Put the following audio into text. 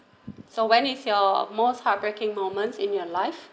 so when is your most heartbreaking moments in your life